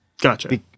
gotcha